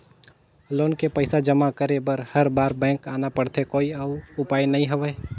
Loan के पईसा जमा करे बर हर बार बैंक आना पड़थे कोई अउ उपाय नइ हवय?